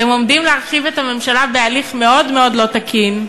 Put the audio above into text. אתם עומדים להרחיב את הממשלה בהליך מאוד מאוד לא תקין,